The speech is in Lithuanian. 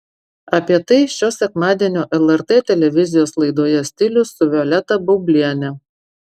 apie tai šio sekmadienio lrt televizijos laidoje stilius su violeta baubliene